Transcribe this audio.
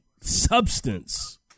substance